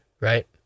right